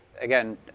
again